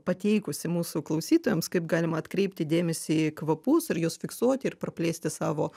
pateikusi mūsų klausytojams kaip galima atkreipti dėmesį į kvapus ir juos fiksuoti ir praplėsti savo